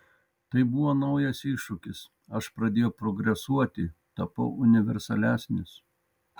tai buvo naujas iššūkis aš pradėjau progresuoti tapau universalesnis